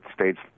states